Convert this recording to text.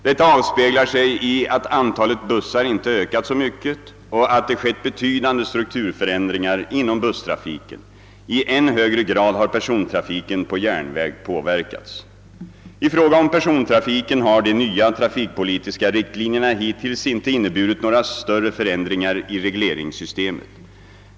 Detta avspeglar sig i att antalet bussar inte ökat så mycket och att det skett betydande strukturförändringar inom busstrafiken. I än högre grad har persontrafiken på järnväg påverkats. I fråga om persontrafiken har de nya trafikpolitiska riktlinjerna hittills inte inneburit några större förändringar i regleringssystemet.